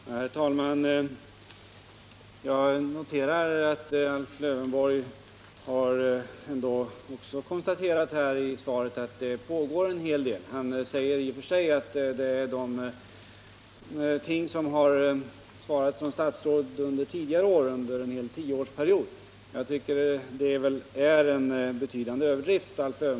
Herr talman! Jag noterar att Alf Lövenborg också konstaterar att det pågår en hel del projekt. Han säger dock att det är det svar som statsråd gett under en period av tio år. Jag tycker det är en betydande överdrift.